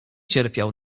cierpiał